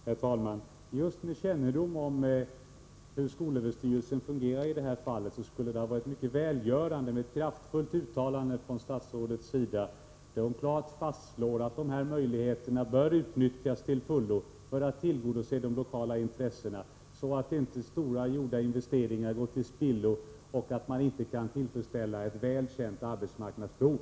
Herr talman! Just med kännedom om hur skolöverstyrelsen fungerar i det här fallet skulle det ha varit mycket välgörande med ett kraftfullt uttalande från statsrådet, där hon klart fastslår att möjligheterna till en utökning bör utnyttjas till fullo. Det behövs för att man skall kunna tillgodose de lokala intressena och för att inte stora investeringar skall gå till spillo. Det gäller ju att tillfredsställa ett väl känt arbetsmarknadsbehov.